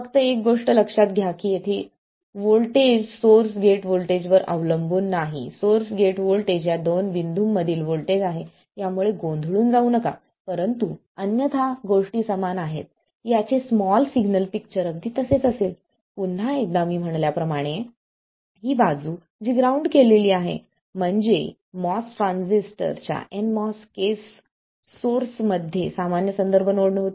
फक्त एक गोष्ट लक्षात घ्या की येथे व्होल्टेज सोर्स गेट व्होल्टेजवर अवलंबून नाही सोर्स गेट व्होल्टेज या दोन बिंदूंमधील व्होल्टेज आहे यामुळे गोंधळून जाऊ नका परंतु अन्यथा गोष्टी समान आहेत याचे स्मॉल सिग्नल पिक्चर अगदी तसेच असेल पुन्हा एकदा मी म्हटल्याप्रमाणे ही बाजू जी ग्राउंड केलेली आहे म्हणजे MOS ट्रान्झिस्टरच्या nMOS केस सोर्स मध्ये सामान्य संदर्भ नोड होती